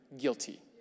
guilty